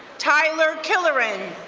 tyler kellerin,